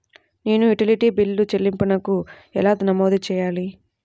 నేను utility bill చెల్లింపులను ఎలా నమోదు చేయాలి?